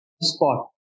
spot